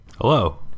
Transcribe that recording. Hello